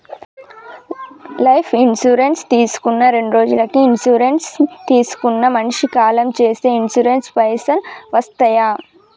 Life insurance తీసుకున్న రెండ్రోజులకి insurance తీసుకున్న మనిషి కాలం చేస్తే ఇన్సూరెన్స్ పైసల్ వస్తయా?